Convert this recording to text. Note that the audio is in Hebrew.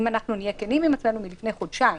אם נהיה כנים עם עצמנו, היא מלפני חודשיים.